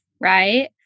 right